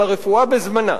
אלא תרופה בזמנה.